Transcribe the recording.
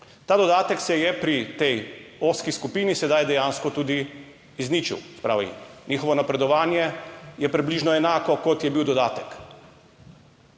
Ta dodatek se je pri tej ozki skupini sedaj dejansko tudi izničil. Se pravi, njihovo napredovanje je približno enako, kot je bil dodatek,